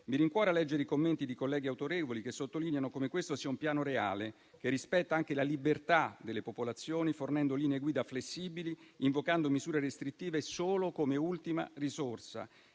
Mi rincuora leggere i commenti di colleghi autorevoli, che sottolineano come questo sia un piano reale, che rispetta anche la libertà delle popolazioni, fornendo linee guida flessibili, invocando misure restrittive solo come ultima risorsa.